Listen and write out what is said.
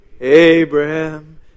Abraham